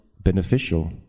beneficial